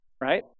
right